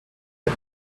but